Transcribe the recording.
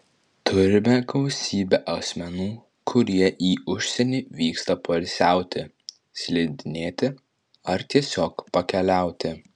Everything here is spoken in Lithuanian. turime gausybę asmenų kurie į užsienį vyksta poilsiauti slidinėti ar tiesiog pakeliauti